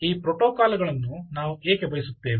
ಈ ಪ್ರೋಟೋಕಾಲ್ ಗಳನ್ನು ನಾವು ಏಕೆ ಬಯಸುತ್ತೇವೆ